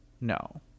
no